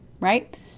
right